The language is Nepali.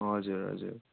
हजुर हजुर